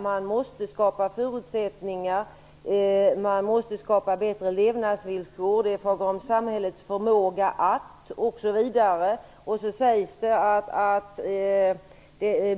Man måste skapa förutsättningar, man måste skapa bättre levnadsvillkor i fråga om samhällets förmåga osv. Så sägs det att